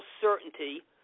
certainty